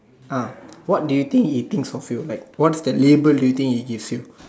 ah what do you think he thinks of you like what's the label do you think he gives you